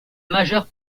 majeure